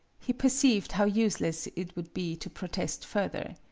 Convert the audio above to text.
he perceived how useless it would be to pro test further.